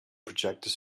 projector